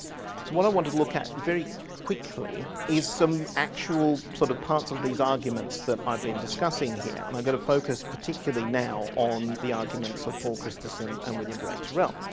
what i want to look at very quickly is some actual sort of parts of these arguments that i've been discussing here and i'm going to focus particularly now on the arguments of paul christesen and william blake tyrrell,